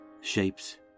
shapes